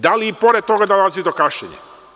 Da li pored toga dolazi do kašnjenja?